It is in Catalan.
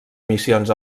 missions